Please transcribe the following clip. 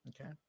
Okay